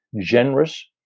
generous